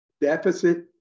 deficit